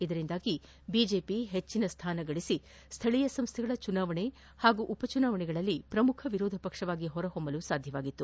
ಇದರಿಂದಾಗಿ ಬಿಜೆಪಿ ಹೆಚ್ಚಿನ ಸ್ಥಾನಗಳಿಸಿ ಸ್ಥಳೀಯ ಸಂಸ್ಥೆಗಳ ಚುನಾವಣೆ ಹಾಗೂ ಉಪ ಚುನಾವಣೆಗಳಲ್ಲಿ ಪ್ರಮುಖ ವಿರೋಧ ಪಕ್ಷವಾಗಿ ಹೊರಹೊಮ್ಮಲು ಸಾಧ್ಯವಾಗಿತ್ತು